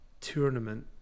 tournament